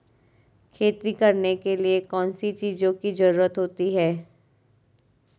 खेती करने के लिए कौनसी चीज़ों की ज़रूरत होती हैं?